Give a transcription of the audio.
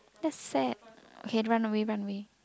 that's sad okay run away run away